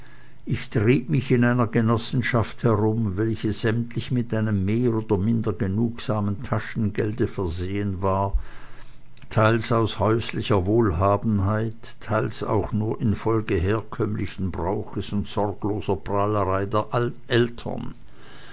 ich trieb mich in einer genossenschaft herum welche sämtlich mit einem mehr oder minder genugsamen taschengelde versehen war teils aus häuslicher wohlhabenheit teils auch nur infolge herkömmlichen brauches und sorgloser prahlerei der eltern